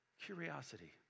Curiosity